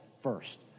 first